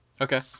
Okay